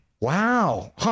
Wow